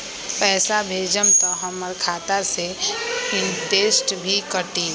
पैसा भेजम त हमर खाता से इनटेशट भी कटी?